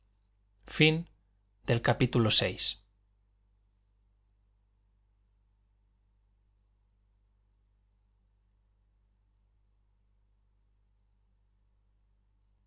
fin del cual